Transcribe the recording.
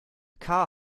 car